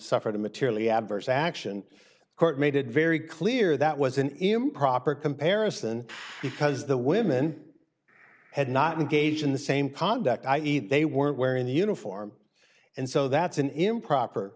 suffered materially adverse action court made it very clear that was an improper comparison because the women had not engaged in the same product i e they weren't wearing the uniform and so that's an improper